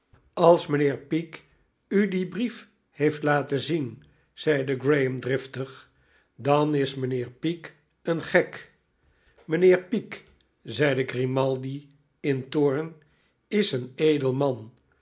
als mijnheer peake u dien brief heeftlaten zien zeide graham driftig dan is mijnheer peake een gek mijnheer peake zeide grimaldi in toorn is een edel man